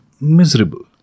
miserable